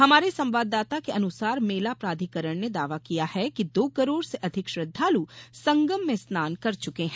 हमारे संवाददाता के अनुसार मेला प्राधिकरण ने दावा किया है कि दो करोड़ से अधिक श्रद्दालु संगम में स्नान कर चुके हैं